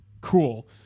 Cool